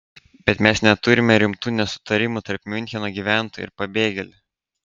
bet mes neturime rimtų nesutarimų tarp miuncheno gyventojų ir pabėgėlių